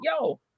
yo